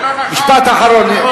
משפט אחרון.